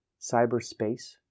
cyberspace